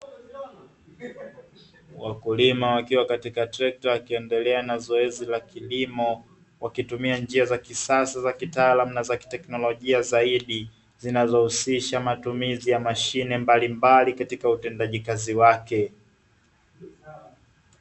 Wakulima wakiwa katika trekta wakiendelea na zoezi la kilimo wakitumia njia za kisasa za kitaalamu na za kiteknolojia zaidi zinazohusisha matumizi ya mashine mbalimbali katika utendaji kazi wake.